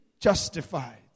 justified